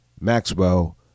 Maxwell